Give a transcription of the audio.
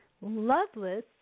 loveless